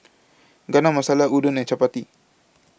Chana Masala Udon and Chapati